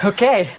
Okay